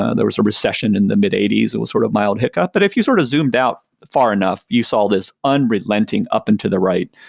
ah there was a recession in the mid eighty s, it was a sort of mild hiccup but if you sort of zoomed out far enough, you saw this unrelenting up into the right,